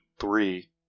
three